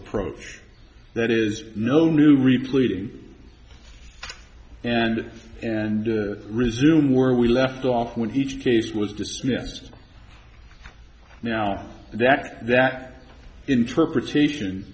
approach that is no new replete in and and resume where we left off when each case was dismissed now that that interpretation